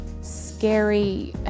scary